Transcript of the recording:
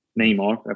Neymar